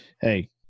hey